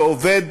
ועובד,